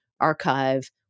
archive